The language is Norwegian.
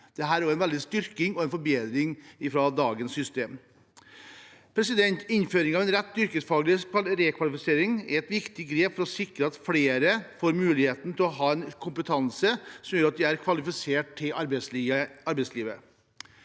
Dette er også en styrking og forbedring fra dagens system. Innføring av en rett til yrkesfaglig rekvalifisering er et viktig grep for å sikre at flere får muligheten til å ha en kompetanse som gjør at de er kvalifisert til arbeidslivet,